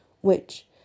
which